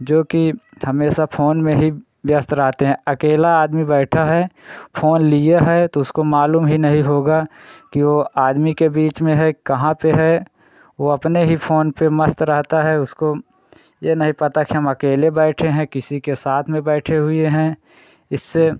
जोकि हमेशा फ़ोन में ही व्यस्त रहते हैं अकेला आदमी बैठा है फ़ोन लिए है तो उसको मालूम ही नहीं होगा कि वह आदमी के बीच में है कहाँ पर है वह अपने ही फ़ोन पर मस्त रहता है उसको यह नहीं पता कि हम अकेले बैठे हैं किसी के साथ में बैठे हुए हैं इससे